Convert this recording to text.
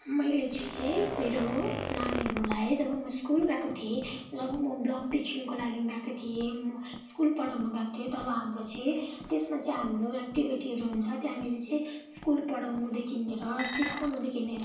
मैले चाहिँ मेरो नानीहरूलाई जब म स्कुल गएको थिएँ जब म ब्लक टिचिङको लागि गएको थिएँ म स्कुल पढाउन गएको थिएँ तब हाम्रो चाहिँ त्यसमा चाहिँ हाम्रो एक्टिभिटीहरू हुन्छ त्यहाँनिर चाहिँ स्कुल पढाउनुदेखि लिएर सिकाउनुदेखि लिएर